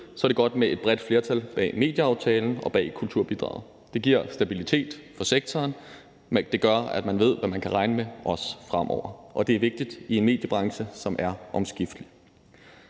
er det godt med et bredt flertal bag medieaftalen og bag kulturbidraget. Det giver stabilitet for sektoren. Det gør, at man ved, hvad man kan regne med, også fremover. Det er vigtigt i en mediebranche, som er omskiftelig.